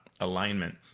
alignment